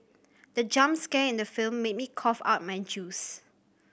the jump scare in the film made me cough out my juice